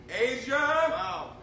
Asia